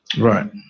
Right